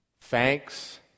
thanks